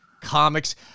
comics